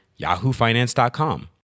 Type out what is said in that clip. yahoofinance.com